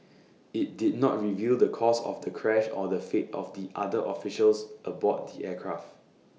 IT did not reveal the cause of the crash or the fate of the other officials aboard the aircraft